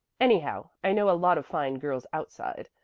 anyhow i know a lot of fine girls outside,